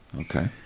Okay